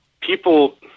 people